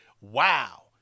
Wow